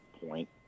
point